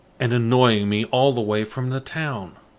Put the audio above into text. and annoying me all the way from the town.